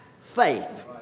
faith